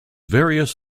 various